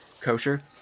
kosher